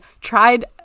tried